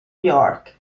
york